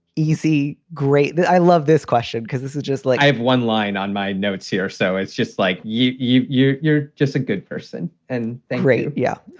easy. great i love this question because this is just like i have one line on my notes here. so it's just like you're you're just a good person and they're great yeah.